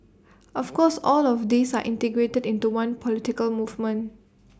of course all of these are integrated into one political movement